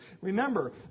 Remember